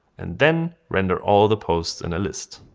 and then render all the posts and a list.